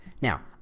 Now